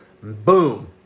boom